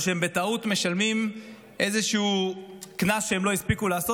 או שהם בטעות משלמים איזשהו קנס שהם לא הספיקו לעשות.